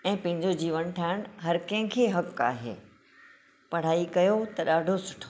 ऐं पंहिंजो जीवन ठाहिणु हर कंहिं खे हक आहे पढ़ाई कयो त ॾाढो सुठो